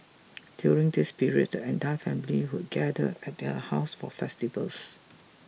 during this period the entire family would gather at her house for festivals